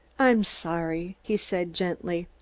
i'm sorry, he said gently.